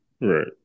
right